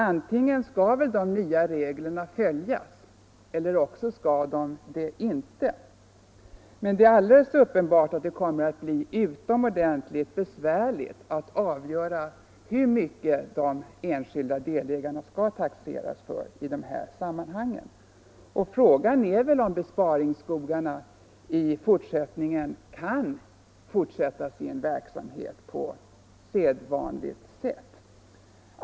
Antingen skall väl de nya reglerna följas eller också skall de inte följas. Men det är alldeles uppenbart att det kommer att bli utomordentligt besvärligt att avgöra hur mycket de enskilda delägarna skall taxeras för i dessa sammanhang. Frågan är väl om besparingsskogarna kan fortsätta sin verksamhet på sedvanligt sätt.